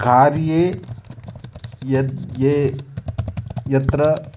कार्ये यद् ये यत्र